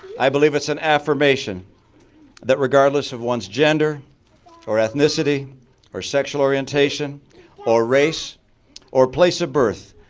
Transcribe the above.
i believe it's an affirmation that regardless of one's gender or ethnicity or sexual orientation or race or place of birth,